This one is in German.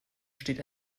steht